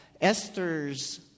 Esther's